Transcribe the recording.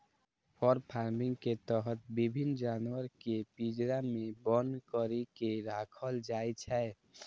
फर farming के तहत विभिन्न जानवर कें पिंजरा मे बन्न करि के राखल जाइ छै